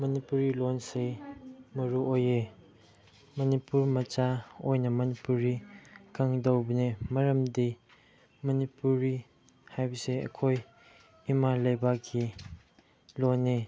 ꯃꯅꯤꯄꯨꯔꯤ ꯂꯣꯟꯁꯦ ꯃꯔꯨ ꯑꯣꯏꯌꯦ ꯃꯅꯤꯄꯨꯔ ꯃꯆꯥ ꯑꯣꯏꯅ ꯃꯅꯤꯄꯨꯔꯤ ꯈꯪꯒꯗꯧꯕꯅꯦ ꯃꯔꯝꯗꯤ ꯃꯅꯤꯄꯨꯔꯤ ꯍꯥꯏꯕꯁꯦ ꯑꯩꯈꯣꯏ ꯏꯃꯥ ꯂꯩꯕꯥꯛꯀꯤ ꯂꯣꯟꯅꯤ